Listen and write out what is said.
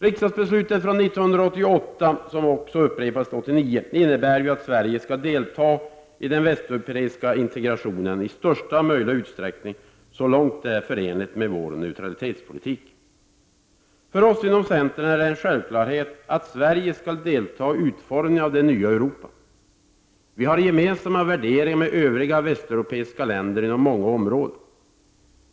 Riksdagsbeslutet från 1988, som upprepades 1989, innebär att Sverige skall delta i den västeuropeiska integrationen i största möjliga utsträckning, så långt detta är förenligt med vår neutralitetspolitik. För oss inom centern är det en självklarhet att Sverige skall delta i utformningen av det nya Europa. Vi har gemensamma värderingar med övriga västeuropeiska länder inom många områden.